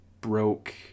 broke